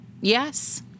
Yes